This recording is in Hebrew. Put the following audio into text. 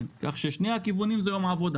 כך שנסיעה בשני כיוונים זה יום עבודה.